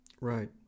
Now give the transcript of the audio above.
Right